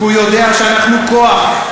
כי הוא יודע שאנחנו כוח,